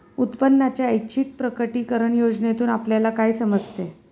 उत्पन्नाच्या ऐच्छिक प्रकटीकरण योजनेतून आपल्याला काय समजते?